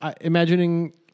imagining